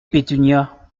pétunia